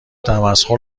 تمسخر